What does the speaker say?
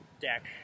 deck